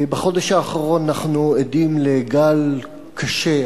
בחודש האחרון אנחנו עדים לגל קשה,